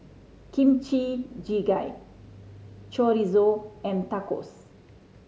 Kimchi Jjigae Chorizo and Tacos